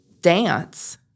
dance